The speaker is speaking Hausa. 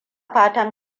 fatan